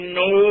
no